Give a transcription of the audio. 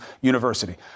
University